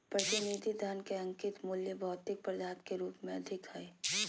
प्रतिनिधि धन के अंकित मूल्य भौतिक पदार्थ के रूप में अधिक हइ